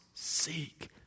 Seek